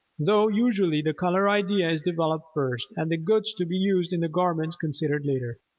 though usually the color idea is developed first and the goods to be used in the garments considered later.